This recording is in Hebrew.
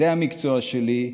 זה המקצוע שלי,